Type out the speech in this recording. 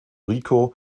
rico